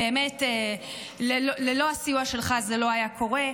באמת, ללא הסיוע שלך זה לא היה קורה.